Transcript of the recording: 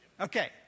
Okay